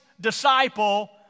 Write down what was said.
disciple